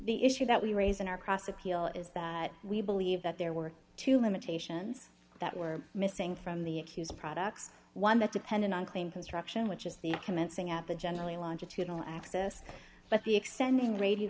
the issue that we raise in our cross appeal is that we believe that there were two limitations that were missing from the accused products one that depended on claim construction which is the commencing at the generally longitudinal axis but the extending radi